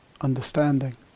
understanding